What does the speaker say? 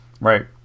right